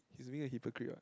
he is being a hypocrite [what]